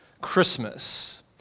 Christmas